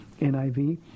NIV